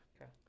okay